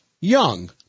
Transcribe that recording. young